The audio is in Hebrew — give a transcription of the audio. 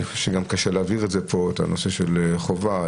אני גם חושב שקשה להעביר לפה את הנושא של חובה.